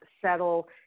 settle